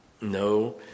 no